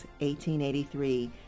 1883